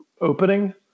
opening